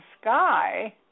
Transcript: sky